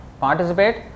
Participate